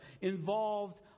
involved